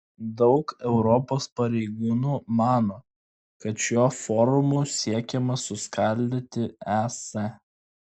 daug europos pareigūnų mano kad šiuo forumu siekiama suskaldyti es